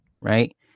Right